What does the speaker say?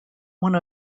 one